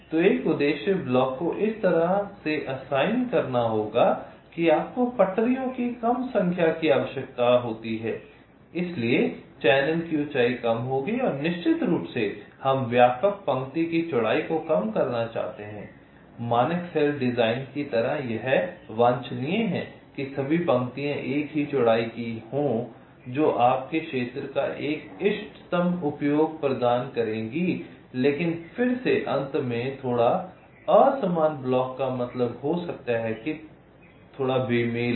तो एक उद्देश्य ब्लॉक को इस तरह से असाइन करना होगा कि आपको पटरियों की कम संख्या की आवश्यकता होती है इसलिए चैनल की ऊंचाई कम होगी और निश्चित रूप से हम व्यापक पंक्ति की चौड़ाई को कम करना चाहते हैं मानक सेल डिज़ाइन की तरह यह वांछनीय है कि सभी पंक्तियाँ एक ही चौड़ाई की हैं जो आपको क्षेत्र का एक इष्टतम उपयोग प्रदान करेगी लेकिन फिर से अंत में थोड़ा असमान ब्लॉक का मतलब हो सकता है कि थोड़ा बेमेल हो